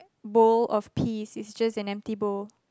bowl of peas it's just an empty bowl